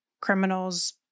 criminals